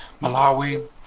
Malawi